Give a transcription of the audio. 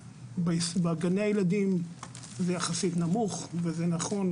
בגני הילדים זה יחסית נמוך וזה נכון.